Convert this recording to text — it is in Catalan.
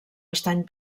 estany